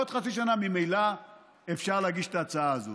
בעוד חצי שנה ממילא אפשר להגיש את ההצעה הזו.